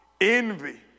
envy